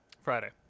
Friday